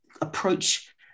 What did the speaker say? approach